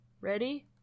Ready